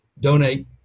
donate